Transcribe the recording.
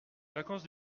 vacances